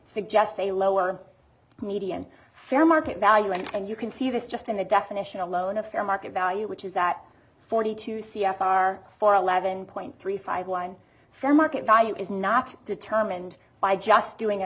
suggests a lower median fair market value and you can see this just in the definition alone a fair market value which is at forty two c f r four eleven point three five one fair market value is not determined by just doing a